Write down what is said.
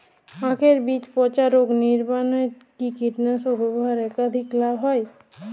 আঁখের বীজ পচা রোগ নিবারণে কি কীটনাশক ব্যবহারে অধিক লাভ হয়?